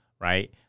Right